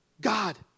God